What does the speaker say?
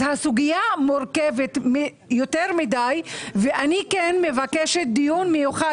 הסוגייה מורכבת מיותר גורמים ואני מבקשת דיון מיוחד